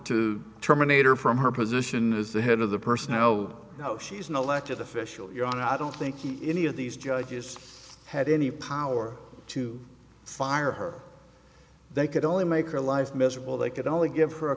to terminate her from her position as the head of the person no no she's an elected official your honor i don't think he any of these judges had any power to fire her they could only make her life miserable they could only give her a